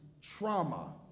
trauma